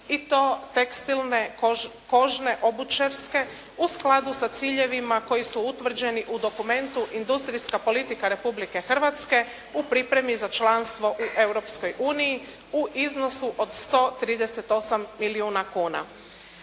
i to tekstilne, kožne, obućarske u skladu sa ciljevima koji su utvrđeni u dokumentu industrijska politika Republike Hrvatske u pripremi za članstvo u Europskoj uniji u iznosu od 138 milijuna kuna.